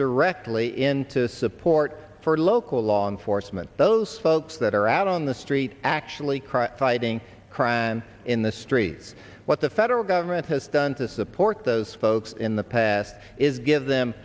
directly into support for local law enforcement those folks that are out on the street actually crime fighting crime in the streets what the federal government has done to support those folks in the past is give them